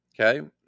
Okay